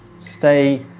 stay